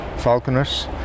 falconers